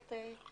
לחברים.